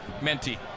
Menti